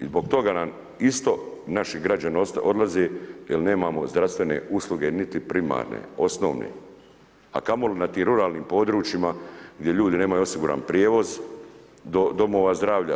I zbog toga nam isto naši građani odlaze jer nemamo zdravstvene usluge niti primarne, osnovne a kamoli na tim ruralnim područjima gdje ljudi nemaju osiguran prijevoz domova zdravlja.